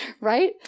Right